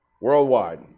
worldwide